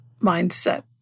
mindset